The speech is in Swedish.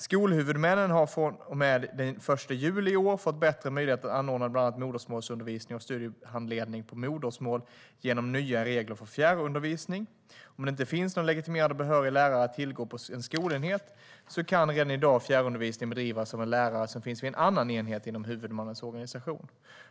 Skolhuvudmännen har från och med den 1 juli i år fått bättre möjligheter att anordna bland annat modersmålsundervisning och studiehandledning på modersmål genom nya regler om fjärrundervisning. Om det inte finns någon legitimerad och behörig lärare att tillgå på en skolenhet kan redan i dag fjärrundervisning bedrivas av en lärare som finns vid en annan enhet inom huvudmannens organisation.